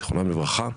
זיכרונם לברכה.